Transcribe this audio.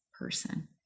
person